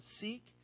seek